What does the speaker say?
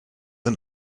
and